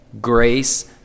grace